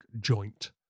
joint